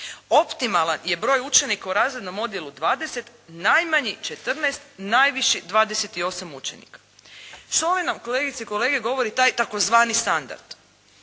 Optimalan je broj učenika u razrednom odjelu 20 najmanji 14, najviši 28 učenika. Što li nam kolegice i kolege govori taj tzv. standard?